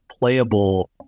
playable